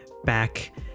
back